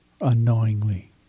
unknowingly